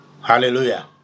Hallelujah